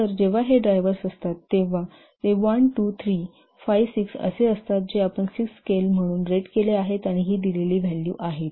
तर जेव्हा हे ड्रायव्हर्स असतात तेव्हा हे 1 2 3 5 6 असे असतात जे आपण 6 स्केल म्हणून रेट केले आहेत आणि ही दिलेली व्हॅल्यू आहेत